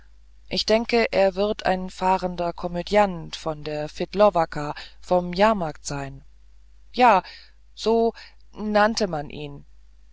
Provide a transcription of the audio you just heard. ich denke er wird ein fahrender komödiant von der fidlowacka vom jahrmarkt sein ja so nannte man ihn